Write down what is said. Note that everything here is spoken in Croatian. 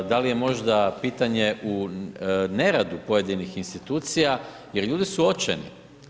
Da li je možda pitanje u neradu pojedinih institucija jer ljudi su očajni?